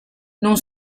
non